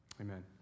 Amen